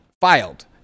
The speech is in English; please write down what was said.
filed